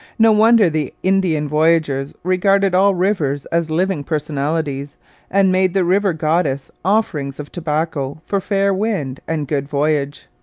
no wonder the indian voyageurs regarded all rivers as living personalities and made the river goddess offerings of tobacco for fair wind and good voyage.